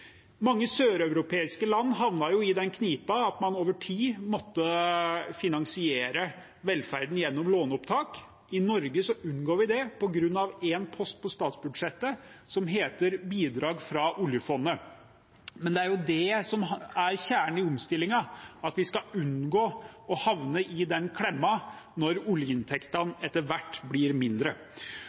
Mange søreuropeiske land havnet i den knipa at man over tid måtte finansiere velferden gjennom låneopptak. I Norge unngår vi det på grunn av en post på statsbudsjettet som heter bidrag fra oljefondet. Men det er jo det som er kjernen i omstillingen, at vi skal unngå å havne i den klemma når oljeinntektene etter hvert blir mindre.